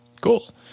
Cool